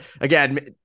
again